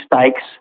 stakes